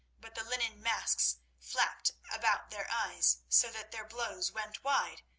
but the linen masks flapped about their eyes, so that their blows went wide,